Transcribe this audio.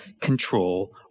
control